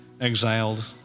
exiled